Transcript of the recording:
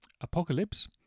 Apocalypse